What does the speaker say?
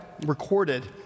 recorded